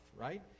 right